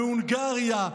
מהונגריה.